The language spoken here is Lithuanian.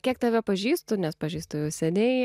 kiek tave pažįstu nes pažįstu jau seniai